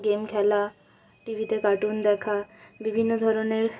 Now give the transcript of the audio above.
game খেলা টিভিতে cartoon দেখা বিভিন্ন ধরনের